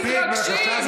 מתרגשים,